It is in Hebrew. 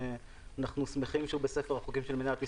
שאנו שמחים שהוא בספר החוקים של מדינת ישראל.